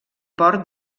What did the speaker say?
port